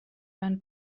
van